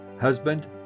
husband